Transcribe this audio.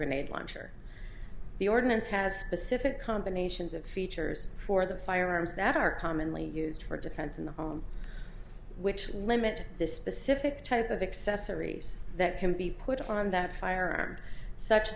grenade launcher the ordinance has pacific combinations of features for the firearms that are commonly used for defense in the home which limit the specific type of accessories that can be put on that firearm such